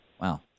Wow